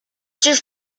czyż